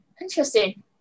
Interesting